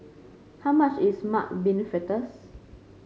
how much is Mung Bean Fritters